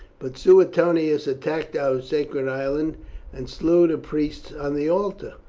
but suetonius attacked our sacred island and slew the priests on the altars,